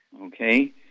okay